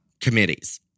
committees